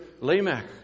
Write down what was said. Lamech